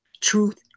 Truth